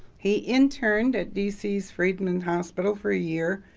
he interned at d c s freedman hospital for a year,